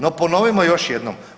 No ponovimo još jednom.